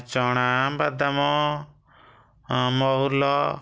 ଚଣା ବାଦାମ ମହୁଲ